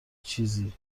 چیزی